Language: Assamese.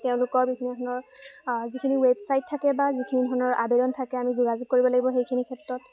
তেওঁলোকৰ বিভিন্ন ধৰণৰ যিখিনি ৱেবছাইট থাকে বা যিখিনি ধৰণৰ আবেদন থাকে আমি যোগাযোগ কৰিব লাগিব সেইখিনি ক্ষেত্ৰত